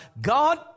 God